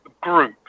group